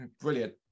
brilliant